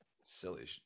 silly